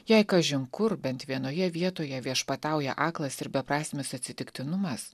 jei kažin kur bent vienoje vietoje viešpatauja aklas ir beprasmis atsitiktinumas